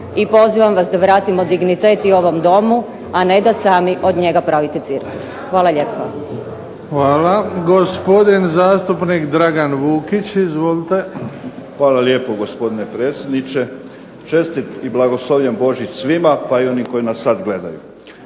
i pozivam vas da vratimo dignitet i ovom Domu a ne da sami od njega pravite cirkus. Hvala lijepa. **Bebić, Luka (HDZ)** Gospodin zastupnik Dragan Vukić izvolite. **Vukić, Dragan (HDZ)** Hvala lijepo gospodine predsjedniče. Čestit i blagoslovljen Božić svima, pa i onima koji nas sada gledaju.